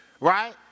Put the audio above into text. right